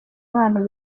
abantu